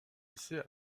lycée